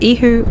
Ihu